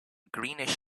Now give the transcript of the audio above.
greenish